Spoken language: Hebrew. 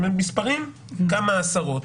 במספרים אלה כמה עשרות.